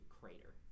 crater